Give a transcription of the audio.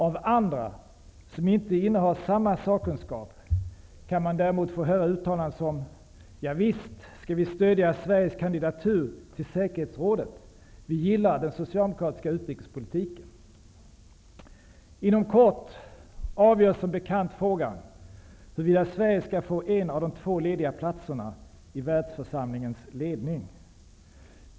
Av andra, som inte innehar samma sakkunskap, kan man däremot få höra uttalanden som: Ja visst skall vi stöjda Sveriges kandidatur till Säkerhetsrådet. Vi gillar den socialdemokratiska utrikespolitiken. Inom kort avgörs som bekant frågan huruvida Sverige skall få en av de två lediga platserna i världsförsamlingens ledning.